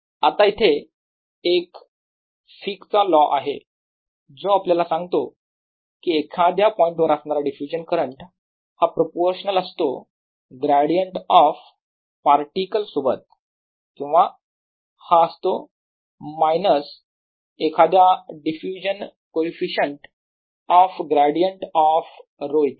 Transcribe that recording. आता इथे एक फिकचा लॉ Fick's law आहे जो आपल्याला सांगतो कि एखाद्या पॉईंटवर असणारा डिफ्युजन करंट हा प्रोपोर्शनाल असतो ग्रॅडियंट ऑफ पार्टिकल्स सोबत किंवा हा असतो मायनस एखाद्या diffusion coefficient of gradient of 𝛒 इतका